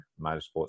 motorsport's